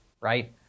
right